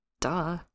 Duh